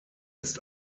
ist